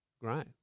Great